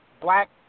black